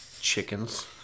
chickens